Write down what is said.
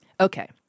Okay